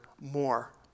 more